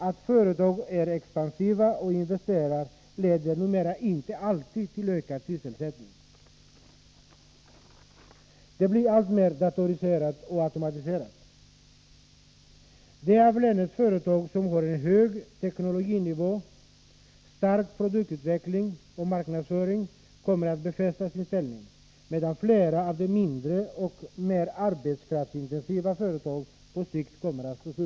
Att företag är expansiva och investerar leder numera inte alltid till ökad Nr 44 sysselsättning. Arbetet blir alltmer datoriserat och automatiserat. De av = E Måndagen den länets företag som har en hög teknologinivå och en stark produktutveckling 12 december 1983 och marknadsföring kommer att befästa sin ställning, medan flera av de mindre och mer arbetskraftsintensiva företagen på sikt kommer att slås ut.